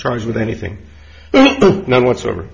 charged with anything now whatsoever